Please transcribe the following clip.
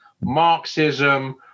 Marxism